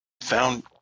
found